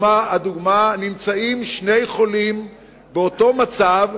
הדוגמה, נמצאים שני חולים באותו מצב.